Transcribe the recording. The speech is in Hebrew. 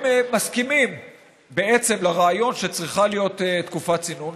הם מסכימים בעצם לרעיון שצריכה להיות תקופת צינון,